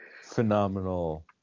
phenomenal